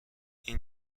این